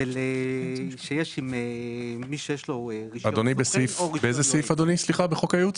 באיזה סעיף אדוני בחוק הייעוץ?